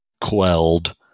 quelled